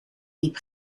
diep